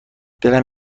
دلم